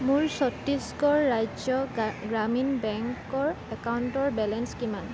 মোৰ ছত্তিশগড় ৰাজ্য গ্ৰামীণ বেংকৰ একাউণ্টৰ বেলেঞ্চ কিমান